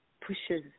pushes